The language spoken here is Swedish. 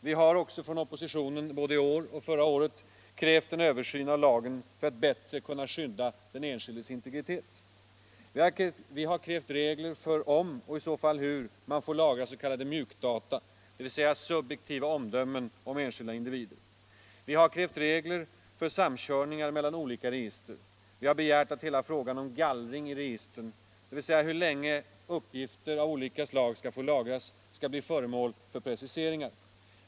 Vi har också från oppositionen både i år och förra året krävt en översyn av lagen för att bättre kunna skydda den enskildes integritet. Vi har krävt regler för om, och i så fall hur, man får lagra s.k. mjukdata, dvs. subjektiva omdömen om enskilda individer. Vi har krävt regler för samkörningar mellan olika register. Vi har begärt att hela frågan om gallring i registren — dvs. hur länge uppgifter av olika slag skall få lagras — skall bli föremål för preciseringar.